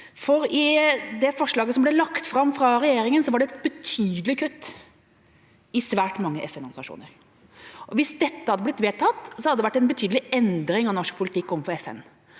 I det forslaget som ble lagt fram av regjeringa, var det et betydelig kutt i svært mange FN-organisasjoner. Hvis dette hadde blitt vedtatt, hadde det vært en betydelig endring av norsk politikk overfor FN.